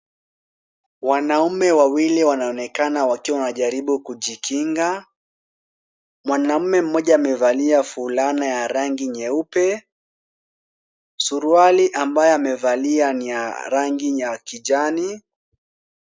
Wanaume wawili wanaonekana wakiwa wanajaribu kujikinga. Mwanaume mmoja amevalia fulana ya rangi nyeupe. Suruali ambayo amevalia ni ya rangi ya kijani.